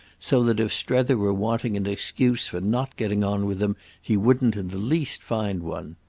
so that if strether were wanting an excuse for not getting on with them he wouldn't in the least find one.